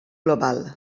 global